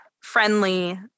friendly